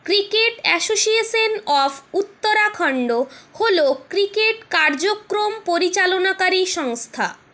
cricket association of Uttarakhand হল cricket কার্যক্রম পরিচালনাকারী সংস্থা